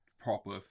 proper